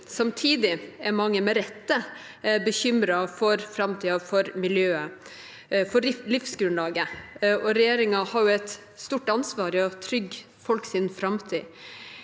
Samtidig er mange med rette bekymret for framtiden, for miljøet og for livsgrunnlaget. Regjeringen har et stort ansvar for å trygge folks framtid.